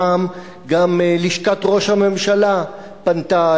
הפעם גם לשכת ראש הממשלה פנתה